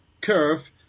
Curve